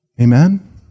Amen